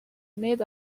made